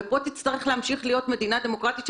אבל תצטרך להמשיך להיות פה מדינה דמוקרטית.